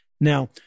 Now